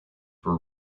were